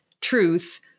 truth